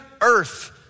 earth